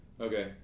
Okay